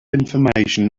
information